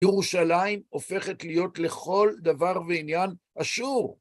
ירושלים הופכת להיות לכל דבר ועניין אשור.